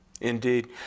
indeed